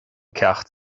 ceacht